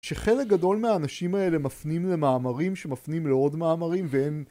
שחלק גדול מהאנשים האלה מפנים למאמרים שמפנים לעוד מאמרים והם...